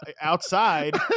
outside